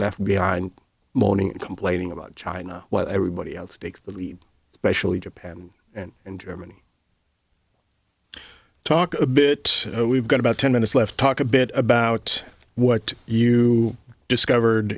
left behind moaning and complaining about china while everybody else takes the lead specially japan and in germany talk a bit we've got about ten minutes left talk a bit about what you discovered